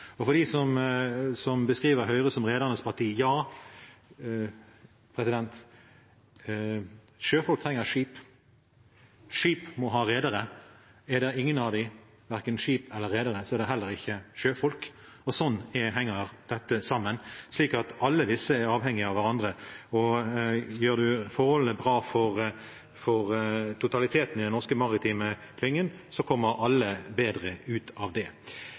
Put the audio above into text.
må ha redere. Er det ingen av dem, verken skip eller redere, er det heller ikke sjøfolk. Slik henger dette sammen. Alle disse er avhengig av hverandre, og gjør man forholdene bra for totaliteten i den norske maritime klyngen, kommer alle bedre ut av det.